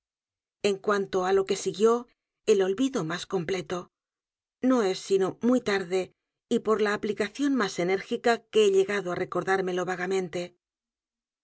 en cuanto á lo que siguió el olvido más completo no es sino muy tarde y por la aplicación más enérgica que he llegado á recordármelo v